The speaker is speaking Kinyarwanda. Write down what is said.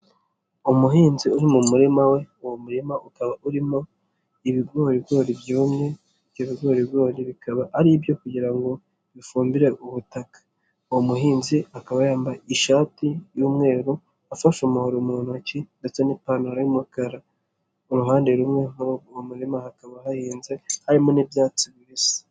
Umuhinzi uri mu murima we uwo murima ukaba urimo ibigorigori byumye by'ibigorigori bikaba aribyo kugira ngo bifumbire ubutaka, uwo muhinzi akaba yambaye ishati y'umweru afashe umuhoro mu ntoki ndetse n'ipantaro y'umukara, mu ruhande rumwe mu murima hakaba hahinze harimo n'ibyatsi bibisi.